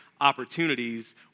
opportunities